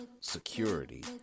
security